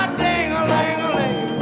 ding-a-ling-a-ling